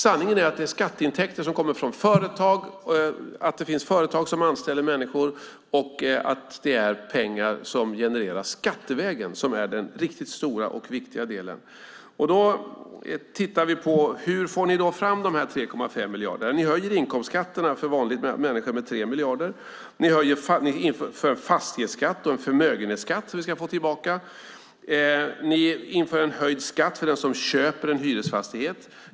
Sanningen är att skatteintäkter från företag som anställer människor, pengar som genereras skattevägen, är den riktigt stora och viktiga delen. Hur får ni då fram dessa 3,5 miljarder? Ni höjer inkomstskatterna för vanliga människor med 3 miljarder. Ni inför en fastighetsskatt och ger oss förmögenhetsskatten tillbaka. Ni inför en höjd skatt för den som köper en hyresfastighet.